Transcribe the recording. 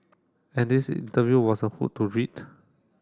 and this interview was a hoot to read